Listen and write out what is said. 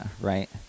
right